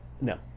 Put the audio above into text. no